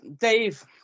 Dave